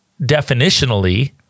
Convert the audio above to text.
definitionally